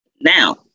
now